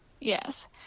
Yes